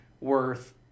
worth